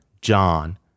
John